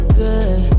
good